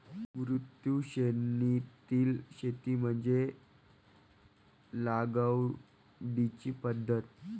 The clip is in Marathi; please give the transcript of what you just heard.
मुक्त श्रेणीतील शेती म्हणजे लागवडीची पद्धत